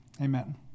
Amen